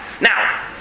Now